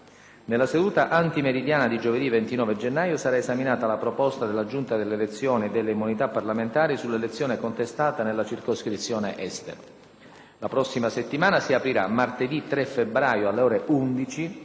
Nella seduta antimeridiana di giovedì 29 gennaio sarà esaminata la proposta della Giunta delle elezioni e delle immunità parlamentari sull'elezione contestata nella circoscrizione Estero. La prossima settimana si aprirà, martedì 3 febbraio alle ore 11,